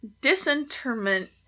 disinterment